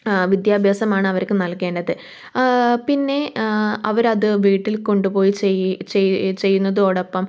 ആ വിദ്യാഭ്യാസമാണ് അവർക്ക് നൽകേണ്ടത് പിന്നെ അവര് അത് വീട്ടിൽ കൊണ്ടുപോയി ചെയ് ചെയ് ചെയ്യുന്നതോടൊപ്പം